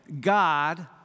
God